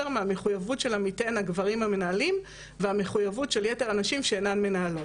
מהמחויבות של עמיתיהן הגברים המנהלים והמחויבות של יתר הנשים שאינן מנהלות.